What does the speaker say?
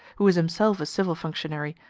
who is himself a civil functionary,